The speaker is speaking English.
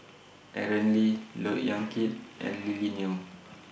Aaron Lee Look Yan Kit and Lily Neo